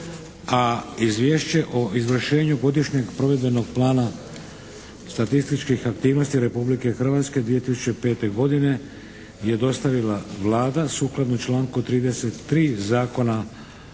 a izvješće o izvršenju Godišnjeg provedbenog plana statističkih aktivnosti Republike Hrvatske 2005. godine je dostavila Vlada sukladno članku 33. Zakona